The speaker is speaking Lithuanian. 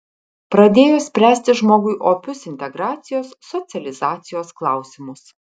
pradėjo spręsti žmogui opius integracijos socializacijos klausimus